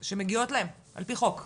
שמגיעות להם, עפ"י חוק אגב,